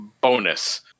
bonus